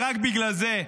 ורק בגלל זה,